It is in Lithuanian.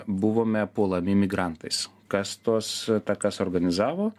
buvome puolami migrantais kas tos tą kas organizavo